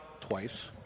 Twice